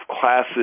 classes